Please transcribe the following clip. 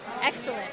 Excellent